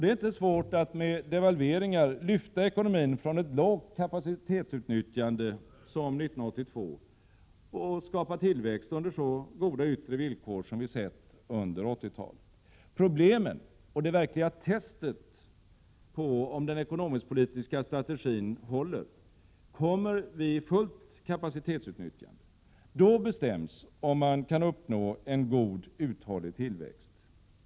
Det är inte svårt att med devalveringar lyfta ekonomin från ett lågt kapacitetsutnyttjande, som 1982, och skapa tillväxt under så goda yttre villkor som vi sett under 1980-talet. Problemen och det verkliga testet på om den ekonomisk-politiska strategin håller kommer vid fullt kapacitetsutnyttjande. Då bestäms om man kan uppnå en god uthållig tillväxt.